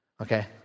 Okay